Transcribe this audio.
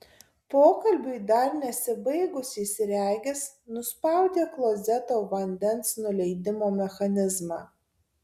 pokalbiui dar nesibaigus jis regis nuspaudė klozeto vandens nuleidimo mechanizmą